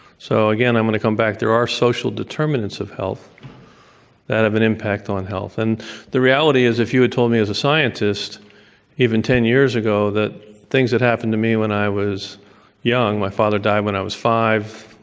so, again, i'm going to come back to our social determinants of health that have an impact on health. and the reality is, if you had told me as a scientist even ten years ago that things that happened to me when i was young my father died when i was five.